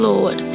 Lord